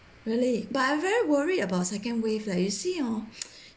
really but I very worried about second wave leh you see hor